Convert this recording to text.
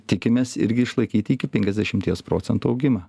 tikimės irgi išlaikyti iki penkiasdešimties procentų augimą